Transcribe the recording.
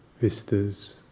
vistas